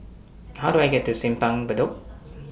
How Do I get to Simpang Bedok